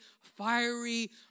fiery